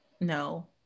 no